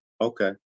okay